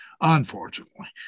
unfortunately